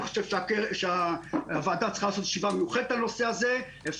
אני חושב שהוועדה צריכה לעשות ישיבה מיוחדת בנושא הזה- -- תודה רבה.